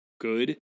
good